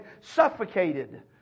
suffocated